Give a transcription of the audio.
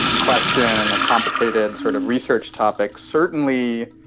question, and a complicated sort of research topic. certainly,